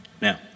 Now